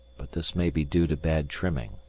but this may be due to bad trimming.